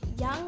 Young